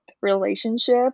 relationship